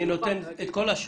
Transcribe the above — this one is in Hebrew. מצדי אני נותן לך את כל השעה,